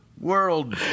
world